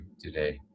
today